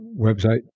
website